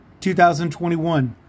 2021